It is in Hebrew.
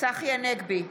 צחי הנגבי,